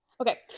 Okay